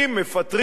מפטרים,